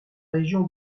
région